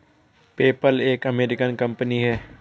PayPal एक American company है